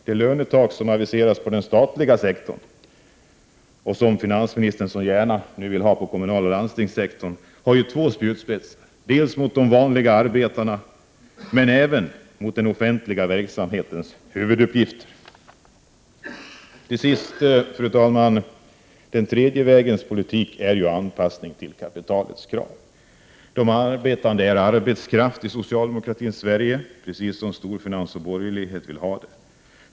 Det lönetak som aviserats på den statliga sektorn och som finansministern så gärna vill ha även på kommunaloch landstingsområdet har två spjutspetsar. De riktas dels mot de vanliga arbetarna, dels mot den offentliga verksamhetens huvuduppgifter. Till sist, fru talman, vill jag säga att den tredje vägens politik är anpassning till kapitalets krav. De arbetande är arbetskraft i socialdemokratins Sverige, precis som storfinans och borgerlighet vill ha det.